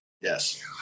Yes